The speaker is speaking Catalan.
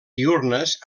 diürnes